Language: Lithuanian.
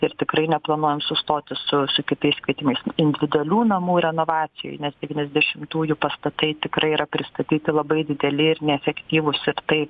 ir tikrai neplanuojam sustoti su su kitais kvietimais individualių namų renovacijai nes devyniasdešimtųjų pastatai tikrai yra pristatyti labai dideli ir neefektyvūs ir tai